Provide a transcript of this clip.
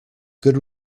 good